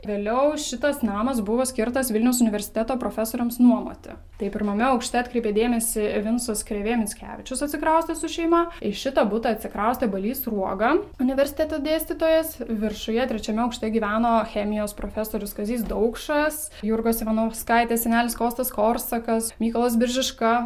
vėliau šitas namas buvo skirtas vilniaus universiteto profesoriams nuomoti tai pirmame aukšte atkreipėt dėmesį vincas krėvė mickevičius atsikraustė su šeima į šitą butą atsikraustė balys sruoga universiteto dėstytojas viršuje trečiame aukšte gyveno chemijos profesorius kazys daukšas jurgos ivanauskaitės senelis kostas korsakas mykolas biržiška